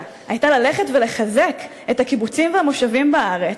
הייתה ללכת ולחזק את הקיבוצים והמושבים בארץ,